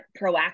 proactive